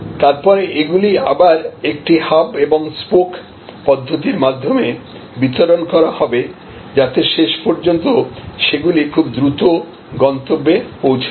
তারপরে এগুলি আবার একটি হাব এবং স্পোকhub spoke পদ্ধতির মাধ্যমে বিতরণ করা হবে যাতে শেষ পর্যন্ত সেগুলি খুব দ্রুত গন্তব্যে পৌঁছে যায়